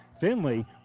Finley